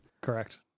Correct